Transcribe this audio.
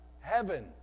heaven